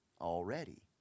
Already